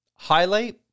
Highlight